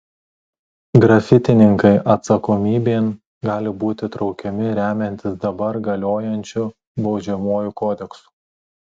grafitininkai atsakomybėn gali būti traukiami remiantis dabar galiojančiu baudžiamuoju kodeksu